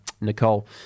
Nicole